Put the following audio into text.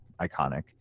iconic